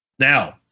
Now